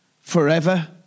forever